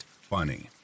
funny